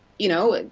you know,